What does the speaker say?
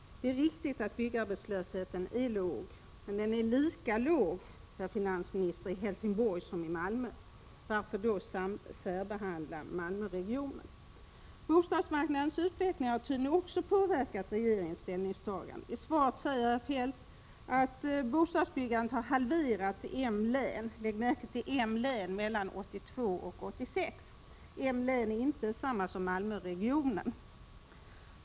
Det är riktigt att byggarbetslösheten är låg. Men den är lika låg, herr finansminister, i Helsingborg som den är i Malmö. Varför då särbehandla Malmöregionen? Bostadsmarknadens utveckling har tydligen också påverkat regeringens ställningstagande. I svaret säger herr Feldt att bostadsbyggandet har halverats i M-län — lägg märke till att det är fråga om just M-län! — mellan 1982 och 1986. M-län är inte detsamma som Malmöregionen.